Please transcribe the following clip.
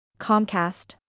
Comcast